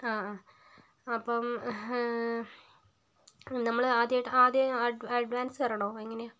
ആ ആ അപ്പം നമ്മള് ആദ്യമായി ആദ്യമേ അഡ് അഡ്വാൻസ് തരണോ എങ്ങനെയാണ്